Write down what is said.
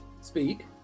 Speak